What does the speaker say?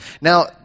Now